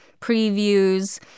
previews